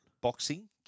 boxing